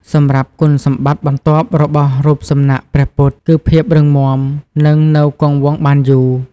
សម្រាប់គុណសម្បត្តិបន្ទាប់របស់រូបសំណាកព្រះពុទ្ធគឺ ភាពរឹងមាំនិងនៅគង់វង្សបានយូរ។